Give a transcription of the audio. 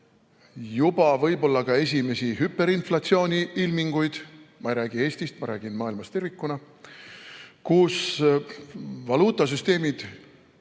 juba võib-olla ka esimesi hüperinflatsiooni ilminguid – ma ei räägi Eestist, ma räägin maailmast tervikuna –, valuutasüsteemid